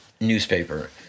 newspaper